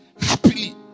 happily